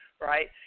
right